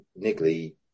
niggly